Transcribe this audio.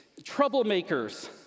troublemakers